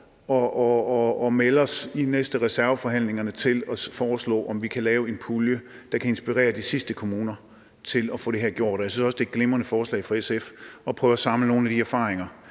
og melde os i de næste reserveforhandlinger og foreslå, om vi kan lave en pulje, der kan inspirere de sidste kommuner til at få det her gjort. Jeg synes også, det er et glimrende forslag fra SF at prøve at samle nogle af de erfaringer,